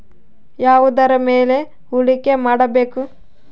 ಯಾವುದರ ಮೇಲೆ ಹೂಡಿಕೆ ಮಾಡಬೇಕು?